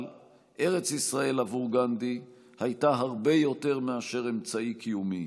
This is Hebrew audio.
אבל ארץ ישראל עבור גנדי הייתה הרבה יותר מאשר אמצעי קיומי.